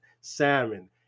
salmon